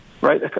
right